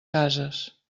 cases